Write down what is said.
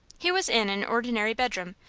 he was in an ordinary bedroom,